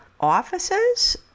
offices